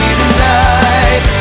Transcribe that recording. tonight